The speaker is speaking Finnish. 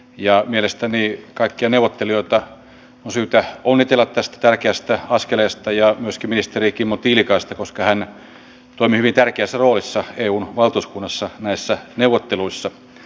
ja mielestäni kaikki neuvottelijoita on syytä onnitella tästä tärkeästä askeleesta ja myski aura kuntoutuksen valmistelun yhteydessä on hyvin tärkeässä roolissa eun valtuuskunnassa näissä linjattu